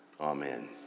Amen